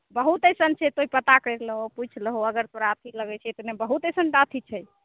बहुत ऐसन छै तू पता कैरि लहो पुछि लहो अगर तोरा अथी लगै छै तऽ नहि बहुत ऐसन तऽ अथी छै